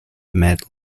met